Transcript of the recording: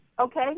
Okay